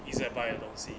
E_Z buy 的东西